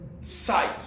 Sight